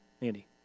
Andy